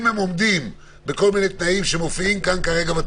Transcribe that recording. אם הם עומדים בכל מיני תנאים שמופיעים כאן בתקנות,